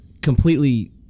completely